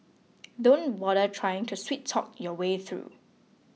don't bother trying to sweet talk your way through